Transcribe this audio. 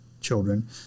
children